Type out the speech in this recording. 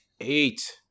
Eight